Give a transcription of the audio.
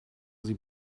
sie